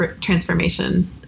transformation